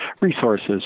resources